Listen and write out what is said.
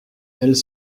elles